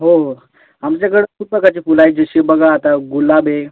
हो हो आमच्याकडं खूप प्रकारची फुलं आहेत जशी बघा आता गुलाब आहे